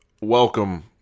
welcome